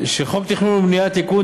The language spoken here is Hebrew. חוק התכנון והבנייה (תיקון,